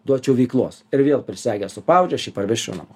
duočiau veiklos ir vėl prisegęs su pavadžiu aš jį parvesčiau namo